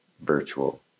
virtual